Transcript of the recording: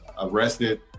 arrested